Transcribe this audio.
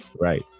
right